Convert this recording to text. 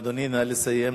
אדוני, נא לסיים.